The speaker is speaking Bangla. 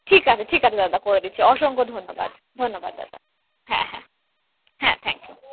ঠিক আছে ঠিক আছে দাদা করে দিচ্ছি অসংখ্য ধন্যবাদ ধন্যবাদ দাদা হ্যাঁ হ্যাঁ হ্যাঁ থ্যাঙ্ক ইউ